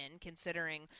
considering